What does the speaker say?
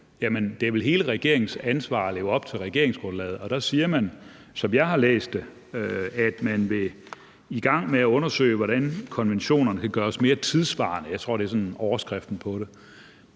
Det er vel hele regeringens ansvar at leve op til regeringsgrundlaget, og i det siger man, som jeg har læst det, at man vil i gang med at undersøge, hvordan konventionerne kan gøres mere tidssvarende. Det tror jeg sådan var overskriften på det.